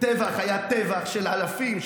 הטבח היה טבח של אלפים,